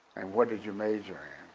and what did you major